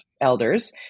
elders